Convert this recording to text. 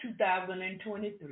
2023